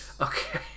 okay